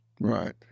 Right